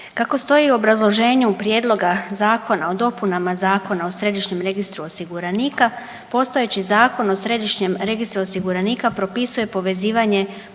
Kako stoji u obrazloženju Prijedloga zakona o dopunama Zakona o Središnjem registru osiguranika, postojeći Zakon o Središnjem registru osiguranika propisuje povezivanje